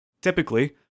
Typically